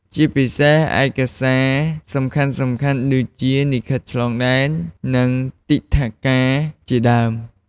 ជាពិសេសឯកសារសំខាន់ៗដូចជា លិខិតឆ្លងដែន និងទិដ្ឋាការជាដើម។